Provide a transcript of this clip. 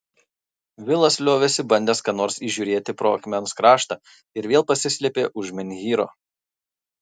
vilas liovėsi bandęs ką nors įžiūrėti pro akmens kraštą ir vėl pasislėpė už menhyro